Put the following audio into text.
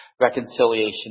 reconciliation